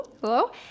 Hello